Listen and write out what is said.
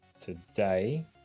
today